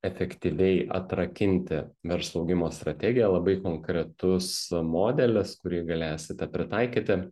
efektyviai atrakinti verslo augimo strategiją labai konkretus modelis kurį galėsite pritaikyti